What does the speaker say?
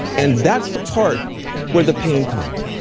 and that's the part where the pain comes.